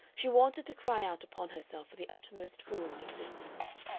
she wanted to cry out upon herself for the uttermost fool in existence.